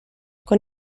con